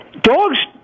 dogs